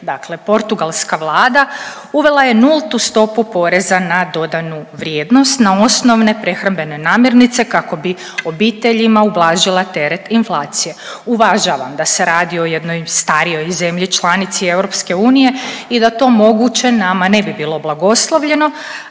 Dakle portugalska vlada uvela je nultu stopu PDV-a na osnovne prehrambene namirnice kako bi obiteljima ublažila teret inflacije. Uvažavam da se radi o jednoj starijoj zemlji članici EU i da to moguće nama ne bi bilo blagoslovljeno,